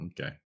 okay